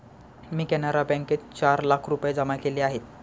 मी कॅनरा बँकेत चार लाख रुपये जमा केले आहेत